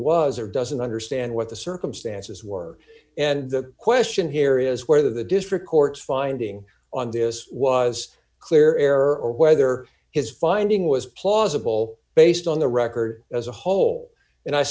was or doesn't understand what the circumstances were and the question here is where the district court finding on this was clear error or whether his finding was plausible based on the record as a whole and i